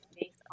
based